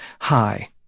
Hi